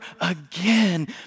again